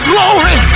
Glory